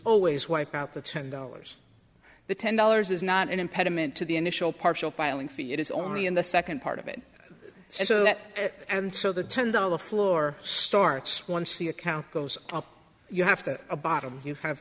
always wipe out the ten dollars the ten dollars is not an impediment to the initial partial filing fee it is only in the second part of it so that and so the ten dollar floor starts once the account goes up you have to a bottom you have